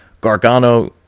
Gargano